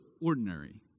ordinary